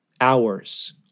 hours